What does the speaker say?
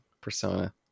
persona